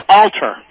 alter